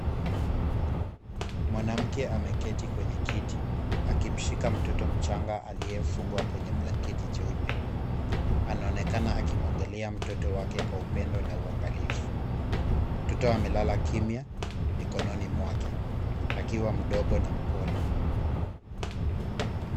Mwanamke ameketi kwenye kiti akimshika mtoto mchanga aliyefungwa kwenye blanketi jeupe. Anaonekana akimwangalia mtoto wake kwa upendo na uangalifu. Mtoto amelala kimya mikononi mwake akiwa mdogo na mpole.